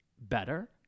Better